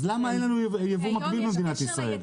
אז למה אין לנו ייבוא מקביל במדינת ישראל?